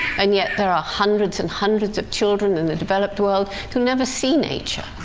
and yet, there are hundreds and hundreds of children in the developed world who never see nature,